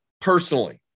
personally